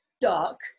dark